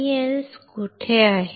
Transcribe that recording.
MEMS कुठे आहे